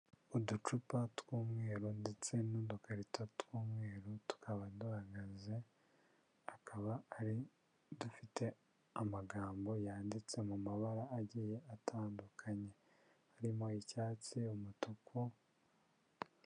Uducupa tw'umweru ndetse n'udukarito tw'umweru, tukaba duhagaze, akaba ari udufite amagambo yanditse mu mabara agiye atandukanye harimo icyatsi umutuku...